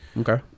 Okay